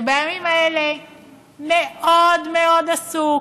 שבימים האלה מאוד עסוק